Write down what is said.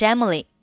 Emily